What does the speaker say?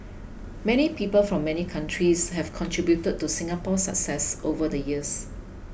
many people from many countries have contributed to Singapore's success over the years